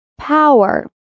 power